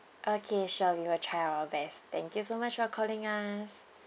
okay sure we will try our best thank you so much for calling us